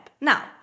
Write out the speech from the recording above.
Now